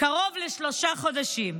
קרוב לשלושה חודשים.